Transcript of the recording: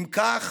אם כך,